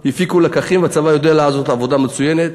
הפיקו לקחים, והצבא יודע לעשות עבודה מצוינת.